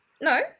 No